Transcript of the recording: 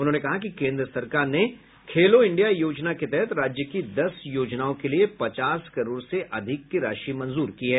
उन्होंने कहा कि केन्द्र सरकार ने खेलों इंडिया योजना के तहत राज्य की दस योजनाओं के लिये पचास करोड़ से अधिक की राशि मंजूर की है